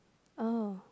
oh